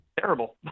terrible